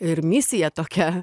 ir misija tokia